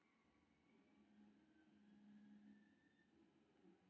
लकड़ी मे वार्षिक परत होइ छै, जाहि सं ई पता चलै छै, जे ई कतेक पुरान वृक्षक लकड़ी छियै